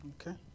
Okay